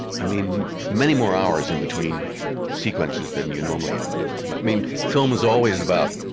i mean, many more hours and between sequences than you normally have on a film. i mean, film was always about,